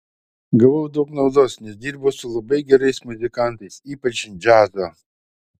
gavau daug naudos nes dirbau su labai gerais muzikantais ypač džiazo